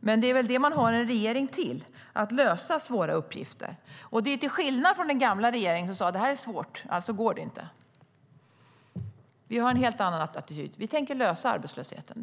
Men det är väl det man har en regering till - att lösa svåra uppgifter. Det är till skillnad från den gamla regeringen, som sa: Det här är svårt, alltså går det inte. Vi har en helt annan attityd. Vi tänker lösa arbetslösheten.